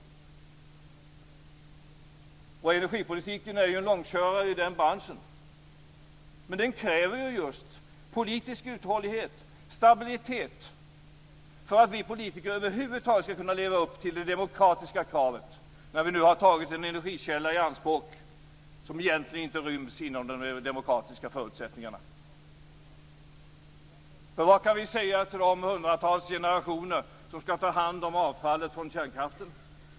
Energipolitiken är en långkörare i den branschen, men den kräver just politisk uthållighet och stabilitet för att vi politiker över huvud taget skall leva upp till det demokratiska kravet, när vi nu har tagit en energikälla i anspråk som egentligen inte ryms inom de demokratiska förutsättningarna. Vad kan vi säga till hundratals generationer som skall ta hand om avfallet från kärnkraften?